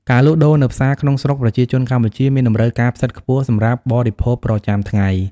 ការលក់ដូរនៅផ្សារក្នុងស្រុកប្រជាជនកម្ពុជាមានតម្រូវការផ្សិតខ្ពស់សម្រាប់បរិភោគប្រចាំថ្ងៃ។